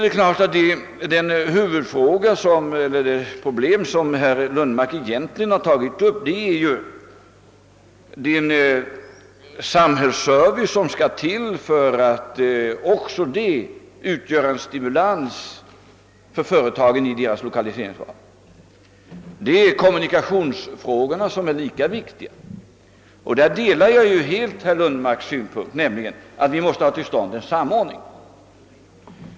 Det egentliga problem som herr Lundmark har tagit upp är den samhällsservice, som måste till och som även den utgör en stimulans för företagen i deras lokaliseringsval. Kommunikationsfrågorna är lika viktiga, och där delar jag helt herr Lundmarks uppfattning, att vi måste få till stånd en samordning.